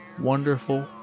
wonderful